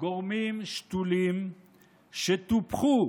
גורמים שתולים שטופחו